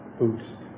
boost